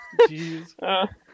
Jeez